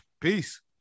peace